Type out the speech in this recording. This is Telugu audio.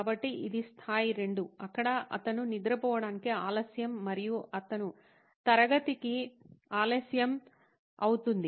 కాబట్టి ఇది స్థాయి 2 అక్కడ అతను నిద్రపోవడానికి ఆలస్యం మరియు అతను తరగతికి ఆలస్యం అవుతుంది